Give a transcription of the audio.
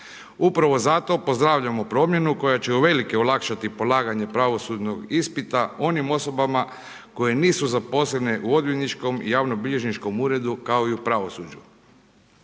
Upravo zato pozdravljamo promjenu koja će uvelike olakšati polaganje pravosudnog ispita onim osobama koje nisu zaposlene u odvjetničkom i javno bilježničkom uredu kao i u pravosuđu.